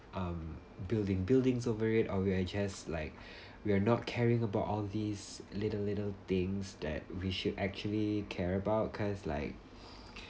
um building buildings over it or we are just like we're not caring about all these little little things that we should actually care about cause like